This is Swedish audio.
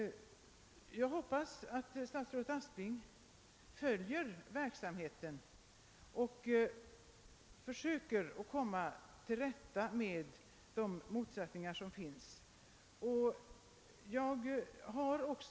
Jag hoppas att statsrådet Aspling följer verksamheten och verkligen försöker att komma till rätta med de motsättningar som finns.